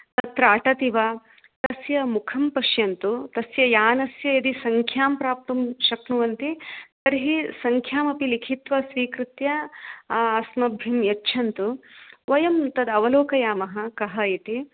तत्र अटति वा तस्य मुखं पश्यन्तु तस्य यानस्य यदि सङ्ख्यां प्राप्तुं शक्नुवन्ति तर्हि सङ्ख्यामपि लिखित्वा स्वीकृत्य अस्मभ्यं यच्छन्तु वयं तद् अवलोकयामः कः इति